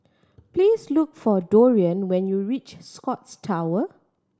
please look for Dorian when you reach The Scotts Tower